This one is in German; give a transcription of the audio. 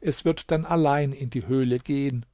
es wird dann allein in die höhle gehen